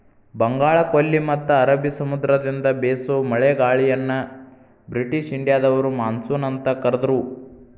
ಬಂಗಾಳಕೊಲ್ಲಿ ಮತ್ತ ಅರಬಿ ಸಮುದ್ರದಿಂದ ಬೇಸೋ ಮಳೆಗಾಳಿಯನ್ನ ಬ್ರಿಟಿಷ್ ಇಂಡಿಯಾದವರು ಮಾನ್ಸೂನ್ ಅಂತ ಕರದ್ರು